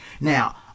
Now